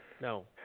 No